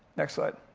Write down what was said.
next slide.